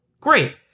Great